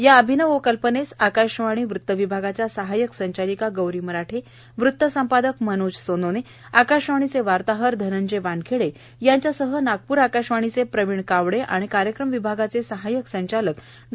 या अभिनव कल्पनेस आकाशवाणी वृत्त विभागाचा सहाय्यक संचालिका गौरी मराठे वृत संपादक मनोज सोनोने आकाशवाणीचे वार्ताहर धनंजय वानखेडे यांच्यासह नागप्र आकाशवाणीचे प्रवीण कावडे आणि कार्यक्रम विभागाचे सहाय्यक संचालक डॉ